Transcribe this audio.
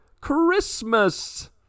Christmas